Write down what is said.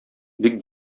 бик